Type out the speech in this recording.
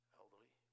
elderly